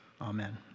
Amen